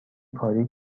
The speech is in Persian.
کاری